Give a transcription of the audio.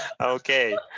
okay